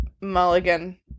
Mulligan